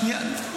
הוא צודק.